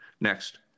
next